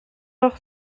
leur